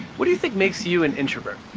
what do you think makes you an introvert?